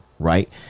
right